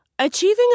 Achieving